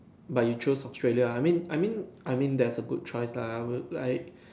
but you choose Australia I mean I mean I mean that's a good choice lah I would like